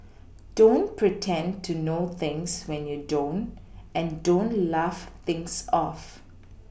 don't pretend to know things when you don't and don't laugh things off